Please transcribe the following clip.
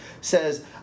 says